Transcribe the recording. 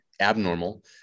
abnormal